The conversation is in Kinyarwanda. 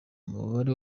umubare